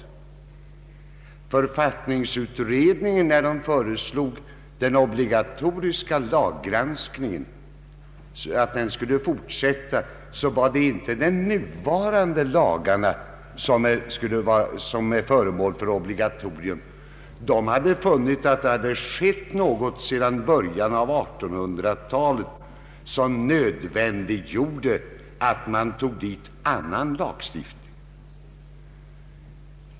När författningsutredningen föreslog att den obligatoriska laggranskningen «skulle fortsätta gällde inte detta de lagar som nu är föremål för obligatoriet. Författningsutredningen hade funnit att det hade skett någonting sedan början av 1800-talet, som nödvändiggjorde att man lät obligatoriet omfatta även annan lagstiftning.